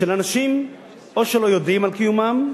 של אנשים או שלא יודעים על קיומם,